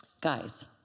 Guys